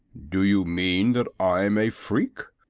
do you mean that i'm a freak?